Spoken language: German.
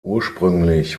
ursprünglich